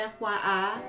FYI